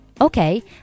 Okay